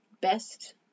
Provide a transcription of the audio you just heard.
Best